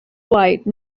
white